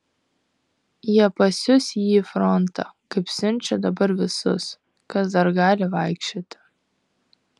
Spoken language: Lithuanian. jie pasiųs jį į frontą kaip siunčia dabar visus kas dar gali vaikščioti